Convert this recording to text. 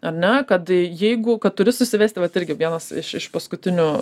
ar ne kad jeigu kad turi susivesti vat irgi vienas iš iš paskutinių